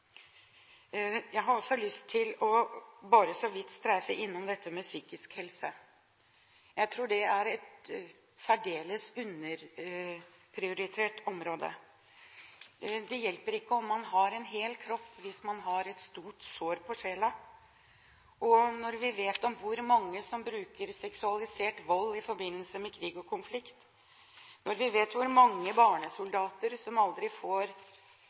Jeg har også lyst til så vidt å streife innom dette med psykisk helse. Jeg tror det er et særdeles underprioritert område. Det hjelper ikke om man har en hel kropp hvis man har et stort sår på sjela. Vi vet at mange bruker seksualisert vold i forbindelse med krig og konflikt, vi vet at mange barnesoldater aldri får